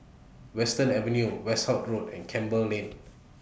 Western Avenue Westerhout Road and Campbell Lane